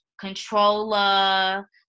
controller